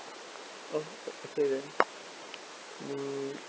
oh okay then mm